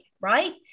Right